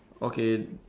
okay